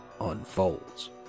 unfolds